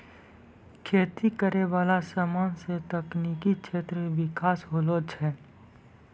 खेती करै वाला समान से तकनीकी क्षेत्र मे बिकास होलो छै